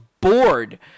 bored